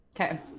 okay